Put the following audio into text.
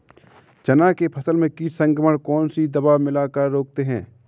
चना के फसल में कीट संक्रमण को कौन सी दवा मिला कर रोकते हैं?